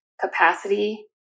capacity